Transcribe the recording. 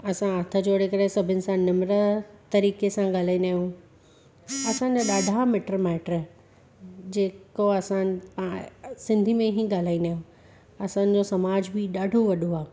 असां हथ जोड़े करे सभिनि सां निम्र तरीक़े सां ॻाल्हाईंदा आहियूं असांजा ॾाढा मिटु माइटु जेको असां सिंधी में ई ॻाल्हाईंदा आहियूं असांजो समाज बि ॾाढो वॾो आहे